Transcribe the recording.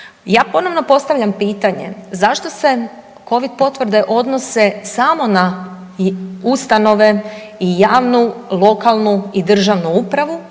ja ponovno postavljam pitanje, zašto se Covid potvrde odnose samo na ustanove i javnu lokalnu i državnu upravu,